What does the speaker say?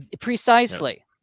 Precisely